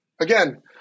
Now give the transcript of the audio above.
Again